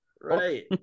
Right